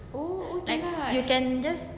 you can just